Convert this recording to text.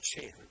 chance